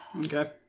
Okay